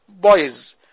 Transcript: boys